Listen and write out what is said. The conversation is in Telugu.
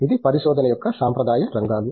ఇది పరిశోధన యొక్క సాంప్రదాయ రంగాలు